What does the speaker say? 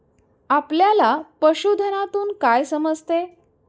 आपल्याला पशुधनातून काय समजते?